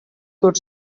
could